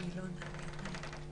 ברור.